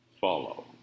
follow